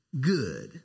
good